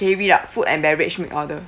read out okay food and beverage make order